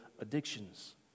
addictions